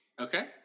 okay